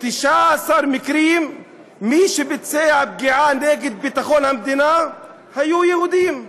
ב-19 מקרים מי שביצע פגיעה נגד ביטחון המדינה היו יהודים.